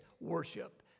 worship